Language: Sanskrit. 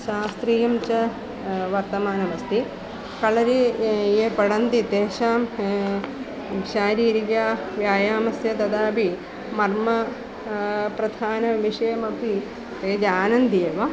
शास्त्रीयं च वर्तमानमस्ति कलरि ये पठन्ति तेषां शारीरिकव्यायामस्य तथापि मर्म प्रधानविषयमपि ते जानन्ति एव